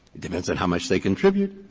it depends on how much they contribute.